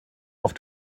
auf